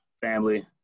family